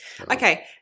Okay